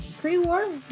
pre-war